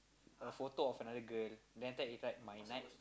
a photo of another girl then after that he write my night